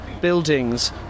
buildings